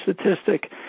statistic